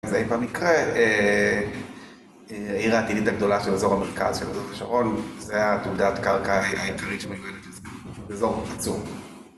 זה במקרה, עיר העתידית הגדולה של אזור המרכז של אזור השרון, זה העתודה קרקע העקרית שמיועדת לזה, אזור עצום.